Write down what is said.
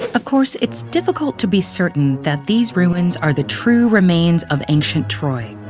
of course, it's difficult to be certain that these ruins are the true remains of ancient troy,